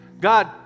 God